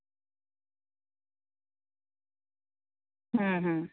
ᱦᱩᱸ ᱦᱩᱸ